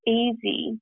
easy